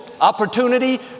opportunity